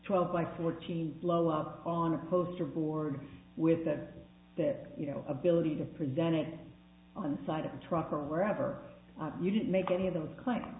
twelve by fourteen blow out on a poster board with that that you know ability to present it on the side of a truck or wherever you didn't make any of those cl